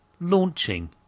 launching